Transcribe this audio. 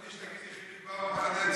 יש יותר סגנים מחברי כנסת.